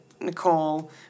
Nicole